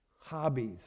hobbies